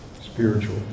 spiritual